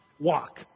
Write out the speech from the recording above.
Walk